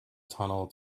tunnel